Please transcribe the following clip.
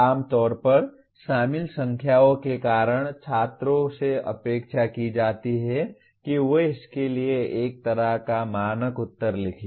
आम तौर पर शामिल संख्याओं के कारण छात्रों से अपेक्षा की जाती है कि वे इसके लिए एक तरह का मानक उत्तर लिखें